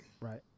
right